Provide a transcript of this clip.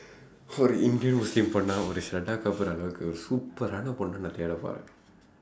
ஒரு:oru indian muslim பொண்ணா ஒரு:ponnaa oru shraddha kapoor அளவுக்கு ஒரு:alavukku oru superaana பொண்ண நான் தேடப்போறேன்:ponna naan theedappooreen